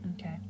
Okay